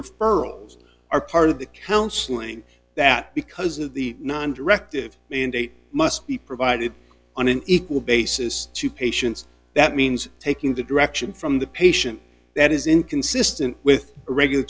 referrals are part of the counseling that because of the nine directive mandate must be provided on an equal basis to patients that means taking the direction from the patient that is inconsistent with a regula